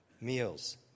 meals